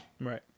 Right